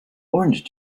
orange